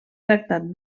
tractat